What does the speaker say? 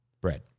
bread